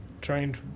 trained